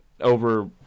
over